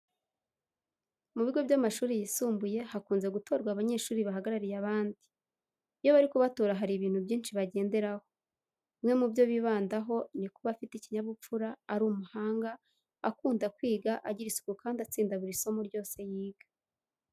Mu bigo by'amashuri yisumbuye hakunze gutorwa abanyeshuri bahagarariye abandi. Iyo bari kubatora hari ibintu byinshi bagenderaho. Bimwe mu byo bibandaho ni kuba afite ikinyabupfura, ari umuhanga, akunda kwiga, agira isuku kandi atsinda buri somo ryose yiga.